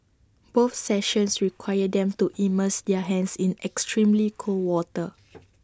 both sessions required them to immerse their hands in extremely cold water